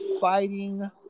fighting